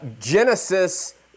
Genesis